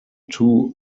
two